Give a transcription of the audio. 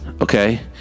okay